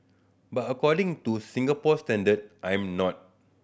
but according to Singaporean standard I'm not